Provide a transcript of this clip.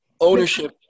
ownership